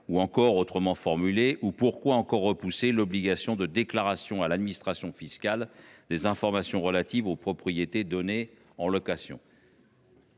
monsieur le ministre ? Pourquoi encore repousser l’obligation de déclaration à l’administration fiscale des informations relatives aux propriétés données en location ?